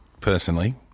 personally